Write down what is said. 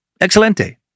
Excelente